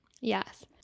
yes